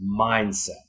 mindset